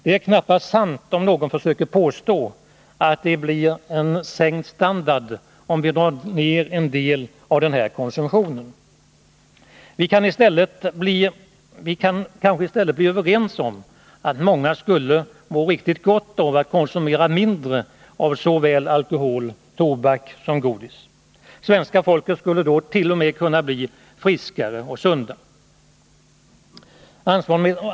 Det är knappast sant om någon försöker påstå att det blir en sänkt standard ifall vi drar ner en del på den här konsumtionen. Vi kanske i stället kan bli överens om att många skulle må riktigt gott av att konsumera mindre av såväl alkohol och tobak som godis. Svenska folket skulle då t.o.m. kunna bli friskare och sundare.